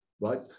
right